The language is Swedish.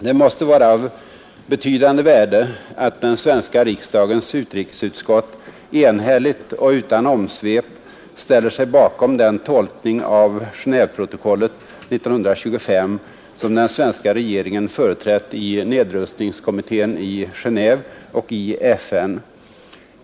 Det måste vara av betydande värde att den svenska riksdagens utrikesutskott enhälligt och utan omsvep ställer sig bakom den tolkning av Genéveprotokollet 1925 som den svenska regeringen företrätt i nedrustningskommittén i Genéve och i FN.